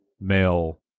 male